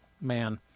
man